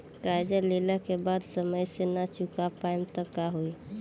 कर्जा लेला के बाद समय से ना चुका पाएम त का होई?